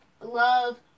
love